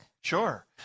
Sure